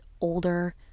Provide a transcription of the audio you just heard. older